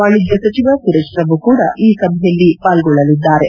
ವಾಣಿಜ್ಯ ಸಚಿವ ಸುರೇಶ್ ಪ್ರಭು ಕೂಡ ಈ ಸಭೆಯಲ್ಲಿ ಪಾಲ್ಗೊಳ್ಳಲಿದ್ದಾರೆ